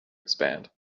expand